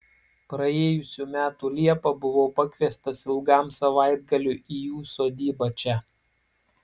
praėjusių metų liepą buvau pakviestas ilgam savaitgaliui į jų sodybą čia